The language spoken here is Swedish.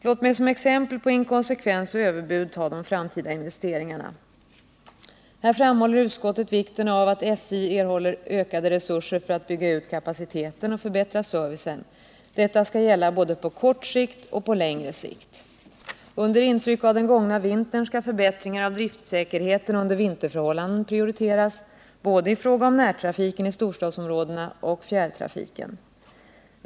Låt mig som exempel på inkonsekvens och överbud ta frågan om de framtida investeringarna. Här framhåller utskottet vikten av att SJ erhåller ökade resurser för att bygga ut kapaciteten och förbättra servicen. Detta skall gälla både på kort sikt och längre sikt. — Under intryck av den gångna vintern skall förbättringar av driftsäkerheten under vinterförhållanden prioriteras — både i fråga om närtrafiken i storstadsområdena och i fråga om fjärrtrafiken.